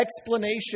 explanation